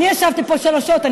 אני ישבתי פה שלוש שעות.